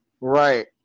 Right